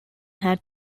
had